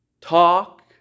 talk